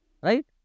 Right